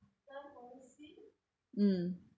mm